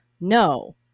No